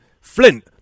Flint